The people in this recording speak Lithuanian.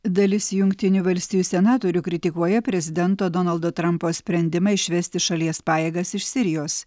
dalis jungtinių valstijų senatorių kritikuoja prezidento donaldo trampo sprendimą išvesti šalies pajėgas iš sirijos